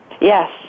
Yes